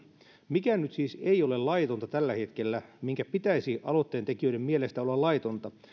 mikä nyt siis ei ole laitonta tällä hetkellä minkä pitäisi aloitteen tekijöiden mielestä olla laitonta